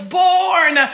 born